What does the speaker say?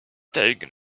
taken